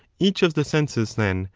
each of the senses, then,